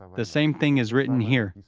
the same thing is written here,